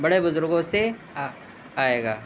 بڑے بزرگوں سے آ آئے گا